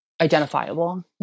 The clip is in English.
identifiable